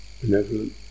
benevolent